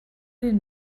den